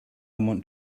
want